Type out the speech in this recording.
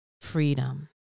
freedom